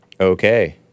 Okay